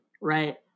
right